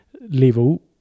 level